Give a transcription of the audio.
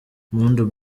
mpundu